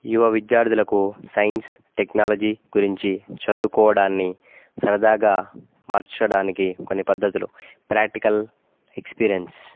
యువ విద్యార్థులకు science technology గురించి చదువుకోవడాన్ని సరదాగా మార్చడానికి కొన్ని పద్ధతులు ప్రాక్టికల్ ఎక్స్పీరియన్స్